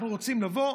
אנחנו רוצים לבוא,